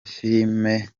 filimu